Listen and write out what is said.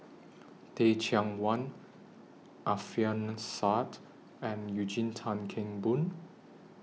Teh Cheang Wan Alfian Sa'at and Eugene Tan Kheng Boon